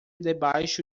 debaixo